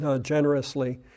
generously